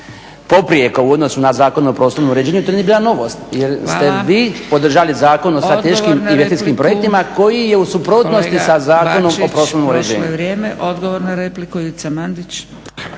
poprijeko u odnosu na Zakon o prostornom uređenju, to nije bila novost jer ste vi podržali Zakon o strateškim i investicijskima projektima koji je u suprotnosti sa Zakonom o prostornom uređenju.